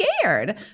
scared